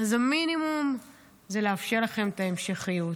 המינימום זה לאפשר לכם את ההמשכיות.